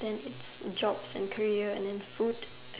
then jobs and career and then food